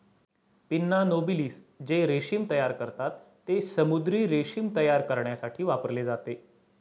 pinna nobilis जे रेशीम तयार करतात, ते समुद्री रेशीम तयार करण्यासाठी वापरले जाते